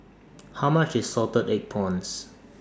How much IS Salted Egg Prawns